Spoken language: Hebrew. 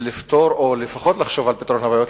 לפתור או לפחות לחשוב על פתרון הבעיות,